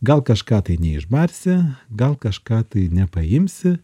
gal kažką tai neišbarsi gal kažką tai nepaimsi